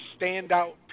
standout